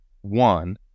one